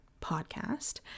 Podcast